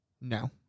No